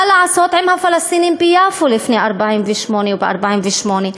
מה לעשות עם הפלסטינים ביפו לפני 1948 וב-1948,